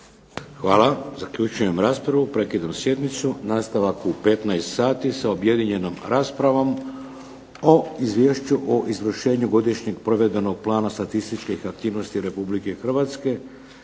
Hvala. Zaključujem raspravu. Prekidam sjednicu. Nastavak u 15,0 sati sa objedinjenom raspravom o Izvješću o izvršenju godišnjeg provedbenog plana statističkih aktivnosti Republike Hrvatske